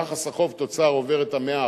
יחס החוב תוצר עובר את ה-100%.